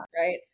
right